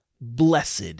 Blessed